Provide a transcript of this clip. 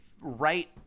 right